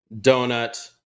Donut